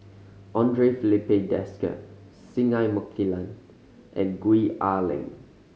Andre Filipe Desker Singai Mukilan and Gwee Ah Leng